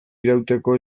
irauteko